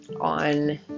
on